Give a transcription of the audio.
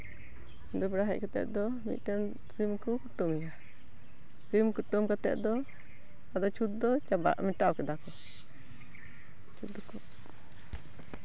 ᱧᱤᱫᱟᱹ ᱵᱮᱲᱟ ᱦᱮᱡ ᱠᱟᱛᱮ ᱫᱚ ᱢᱤᱫᱴᱮᱱ ᱥᱤᱢ ᱠᱚ ᱠᱩᱴᱟᱹᱢᱮᱭᱟ ᱥᱤᱢ ᱠᱩᱴᱟᱹᱢ ᱠᱟᱛᱮ ᱫᱚ ᱪᱷᱩᱸᱛ ᱫᱚ ᱪᱟᱵᱟᱜ ᱢᱮᱴᱟᱣ ᱠᱮᱫᱟ ᱠᱚ ᱪᱷᱩᱸᱛ ᱫᱚᱠᱚ